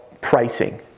pricing